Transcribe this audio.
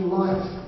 life